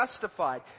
justified